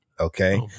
Okay